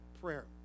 prayer